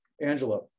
Angela